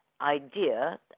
idea